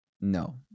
no